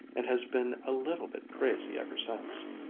and has been a little bit crazy ever since.